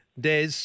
Des